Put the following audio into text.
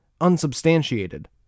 unsubstantiated